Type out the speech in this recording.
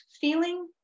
feeling